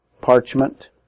parchment